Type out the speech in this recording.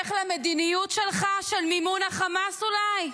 בהמשך למדיניות שלך של מימון החמאס, אולי?